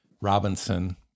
Robinson